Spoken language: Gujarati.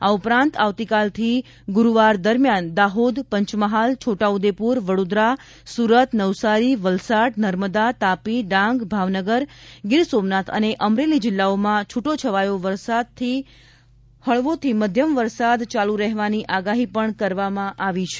આ ઉપરાંત આવતીકાલથી ગુરૂવાર દરમિયાન દાહોદ પંચમહાલ છોટાઉદેપુર વડોદરા સુરત નવસારી વલસાડ નર્મદા તાપી ડાંગ ભાવનગર ગીર સોમનાથ અને અમરેલી જિલ્લાઓમાં છૂટાછવાયો હળવાથી મધ્યમ વરસાદ ચાલુ રહેવાની આગાહી પણ કરવામાં આવી છે